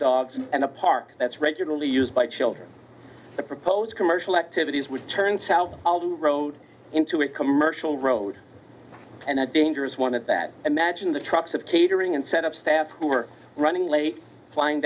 dogs in a park that's regularly used by children the proposed commercial activities would turn south road into a commercial road and a dangerous one at that imagine the trucks of catering and set up staff who are running late flying